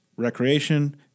recreation